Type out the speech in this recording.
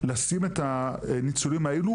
לשים את הניצולים האלו,